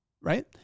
right